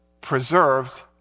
preserved